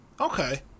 Okay